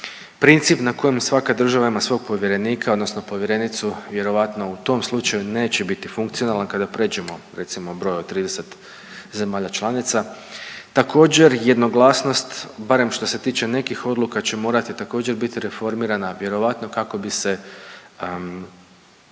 princip na kojem svaka država ima svog povjerenika odnosno povjerenicu vjerojatno u tom slučaju neće biti funkcionalna kada pređemo recimo broj od 30 zemalja članica. Također jednoglasnost, barem što se tiče nekih odluka, će morati također biti reformirana vjerojatno kako bi se